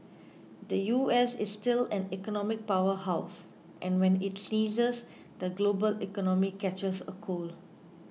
the U S is still an economic power house and when it sneezes the global economy catches a cold